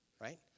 right